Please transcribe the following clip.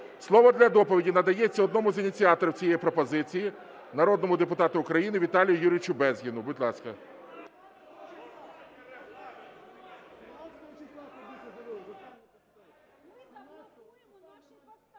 Слово для доповіді надається одному із ініціаторів цієї пропозиції народному депутату України Віталію Юрійовичу Безгіну. Будь ласка.